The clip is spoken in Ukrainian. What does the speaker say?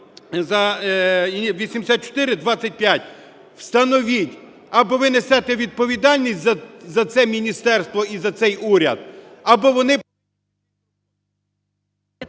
8425. Встановіть, або ви несете відповідальність за це міністерство і за цей уряд, або вони...